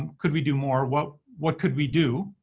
could we do more? what what could we do?